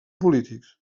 polítics